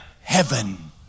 heaven